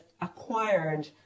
acquired